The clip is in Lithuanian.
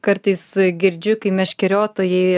kartais girdžiu kai meškeriotojai